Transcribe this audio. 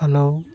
hello